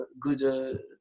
good